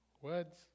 words